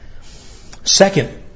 Second